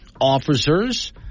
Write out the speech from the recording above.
Officers